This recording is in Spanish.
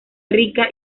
rica